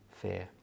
Fear